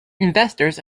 investors